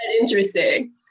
Interesting